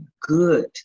good